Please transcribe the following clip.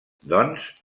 doncs